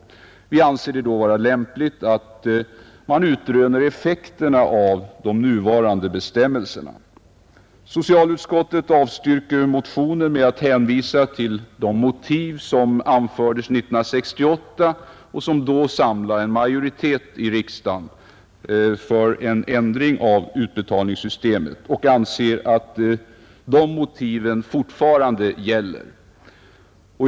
Vi anser det då vara lämpligt att utröna effekterna av de nuvarande bestämmelserna. Socialutskottet avstyrker motionen med att hänvisa till de motiv som anfördes 1968 och som då samlade en majoritet i riksdagen för en ändring av utbetalningssystemet och anser att dessa motiv fortfarande är giltiga.